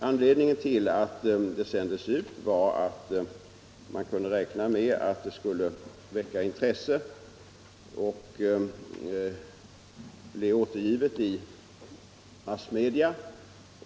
Anledningen till att det sändes ut var att man kunde räkna med att det skulle väcka intresse och bli återgivet i massmedia.